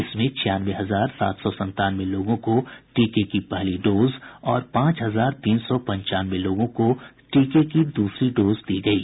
इसमें छियानवे हजार सात सौ संतानवे लोगों को टीके की पहली डोज और पांच हजार तीन सौ पंचानवे लोगों को टीके की दूसरी डोज दी गयी